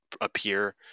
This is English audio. appear